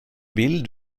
vill